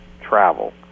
travel